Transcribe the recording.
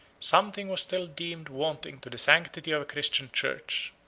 something was still deemed wanting to the sanctity of a christian church,